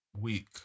week